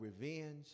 revenge